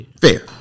Fair